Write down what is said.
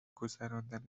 گذراندن